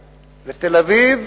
לתל-אביב,